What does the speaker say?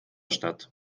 statt